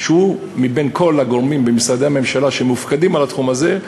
שמבין כל הגורמים במשרדי הממשלה שמופקדים על התחום הזה,